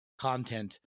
content